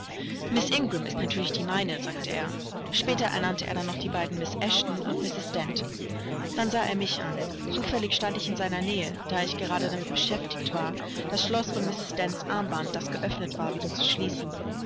ist natürlich die meine sagte er später ernannte er dann noch die beiden miß eshton und mrs dent dann sah er mich an zufällig stand ich in seiner nähe da ich gerade damit beschäftigt war das schloß von mrs dents armband das geöffnet war wieder zu schließen